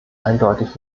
eindeutig